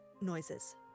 noises